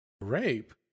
rape